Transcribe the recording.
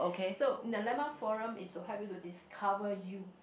so the landmark forum is to help you to discover you